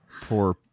poor